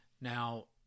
Now